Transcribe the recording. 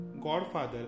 Godfather